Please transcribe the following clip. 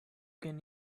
can